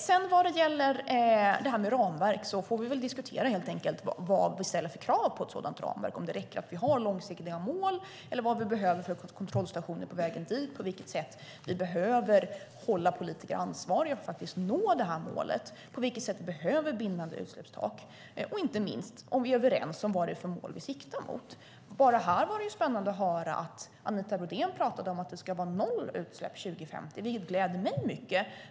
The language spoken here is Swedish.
När det gäller ramverket får vi väl helt enkelt diskutera vad vi ställer för krav på ett sådant, om det räcker att vi har långsiktiga mål, vilka kontrollstationer vi behöver på vägen, på vilket sätt vi behöver hålla politiker ansvariga för att nå målet, på vilket sätt vi behöver bindande utsläppstak, och inte minst om vi är överens om vilka mål vi siktar mot. Det är spännande att höra Anita Brodén säga att det ska vara noll utsläpp år 2050. Det gläder mig mycket.